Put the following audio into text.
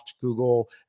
Google